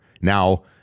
Now